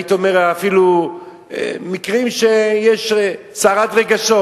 הייתי אומר, מקרים שיש סערת רגשות,